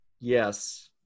yes